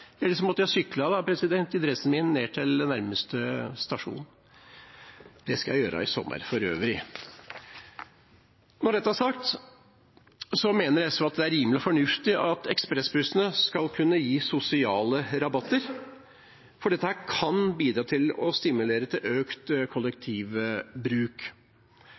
Det skal jeg for øvrig gjøre i sommer. Når dette er sagt, mener SV at det er rimelig og fornuftig at ekspressbussene skal kunne gi sosiale rabatter, for det kan bidra til å stimulere til økt kollektivbruk.